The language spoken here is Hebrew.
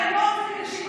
זכות הווטו לעליון,